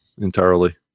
entirely